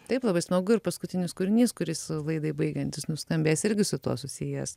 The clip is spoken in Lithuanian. taip labai smagu ir paskutinis kūrinys kuris laidai baigiantis nuskambės irgi su tuo susijęs